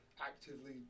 actively